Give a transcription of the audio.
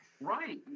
Right